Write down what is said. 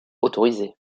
autorisé